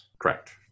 correct